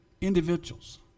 individuals